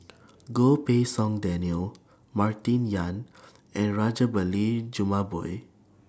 Goh Pei Siong Daniel Martin Yan and Rajabali Jumabhoy